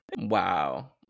wow